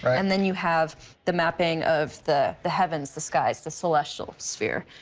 and then you have the mapping of the the heavens, the skies, the celestial sphere.